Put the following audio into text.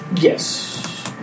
Yes